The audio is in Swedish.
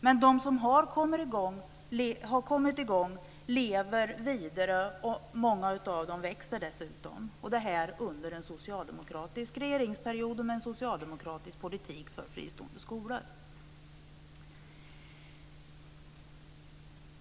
Men de som har kommit i gång lever vidare och många av dem växer dessutom; detta under en socialdemokratisk regeringsperiod och med en socialdemokratisk politik för fristående skolor.